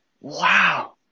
Wow